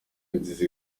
nziza